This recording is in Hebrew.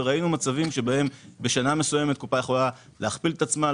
וראינו מצבים שבהם בשנה מסוימת קופה יכולה להכפיל את עצמה,